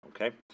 okay